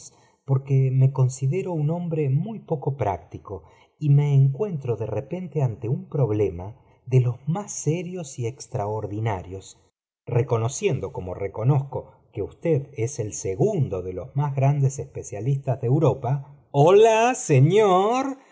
porque me considero un hombre muy poco práctico y me encuentro de repente ante un problema de los más serios y extraordinarios reconociendo como reconozco que usted es el segundo de los más grandes especialistas de europa hola señor